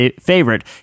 favorite